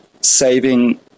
saving